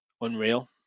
unreal